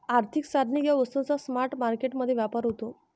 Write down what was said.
आर्थिक साधने किंवा वस्तूंचा स्पॉट मार्केट मध्ये व्यापार होतो